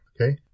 Okay